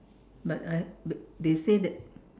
but I they say that